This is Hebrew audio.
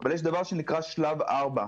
אבל יש דבר שנקרא שלב 4,